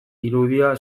irudia